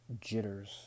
jitters